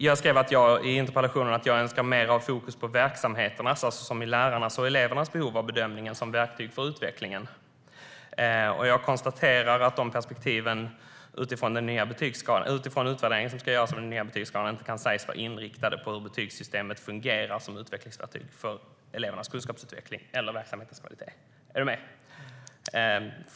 Jag skrev i interpellationen att jag önskar mer av fokus på verksamhetens, lärarnas och elevernas behov av bedömning som verktyg för utvecklingen. Jag konstaterar att de perspektiven, utifrån den utvärdering som ska göras av den nya betygsskalan, inte kan sägas vara inriktade på hur betygssystemet fungerar som utvecklingsverktyg för elevernas kunskapsutveckling eller verksamhetens kvalitet.